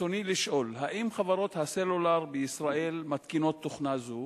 רצוני לשאול: 1. האם חברות הסלולר בישראל מתקינות תוכנה זו